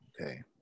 okay